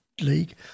league